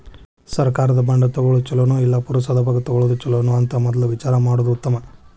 ಸರ್ಕಾರದ ಬಾಂಡ ತುಗೊಳುದ ಚುಲೊನೊ, ಇಲ್ಲಾ ಪುರಸಭಾದಾಗ ತಗೊಳೊದ ಚುಲೊನೊ ಅಂತ ಮದ್ಲ ವಿಚಾರಾ ಮಾಡುದ ಉತ್ತಮಾ